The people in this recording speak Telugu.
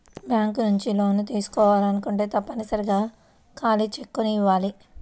బ్యేంకు నుంచి లోన్లు తీసుకోవాలంటే తప్పనిసరిగా ఖాళీ చెక్కుని ఇయ్యాలి